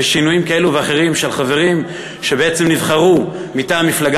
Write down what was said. ושינויים כאלה ואחרים של חברים שבעצם נבחרו מטעם מפלגה